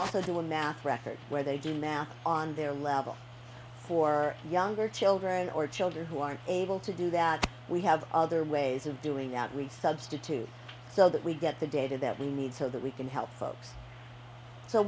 when math records where they do math on their level for younger children or children who aren't able to do that we have other ways of doing that we substitute so that we get the data that we need so that we can help folks so